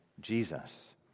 Jesus